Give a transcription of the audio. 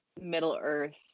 Middle-earth